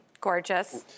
Gorgeous